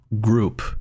group